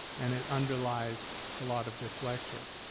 and it underlies a lot of this lecture.